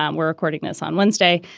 um we're recording this on wednesday.